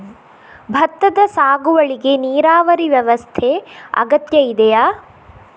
ಭತ್ತದ ಸಾಗುವಳಿಗೆ ನೀರಾವರಿ ವ್ಯವಸ್ಥೆ ಅಗತ್ಯ ಇದೆಯಾ?